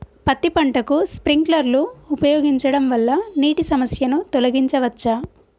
పత్తి పంటకు స్ప్రింక్లర్లు ఉపయోగించడం వల్ల నీటి సమస్యను తొలగించవచ్చా?